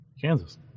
Kansas